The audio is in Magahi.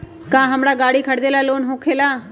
का हमरा गारी खरीदेला लोन होकेला?